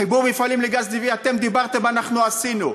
חיבור מפעלים לגז טבעי, אתם דיברתם, אנחנו עשינו.